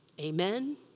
Amen